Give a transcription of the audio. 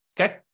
Okay